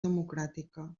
democràtica